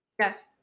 yes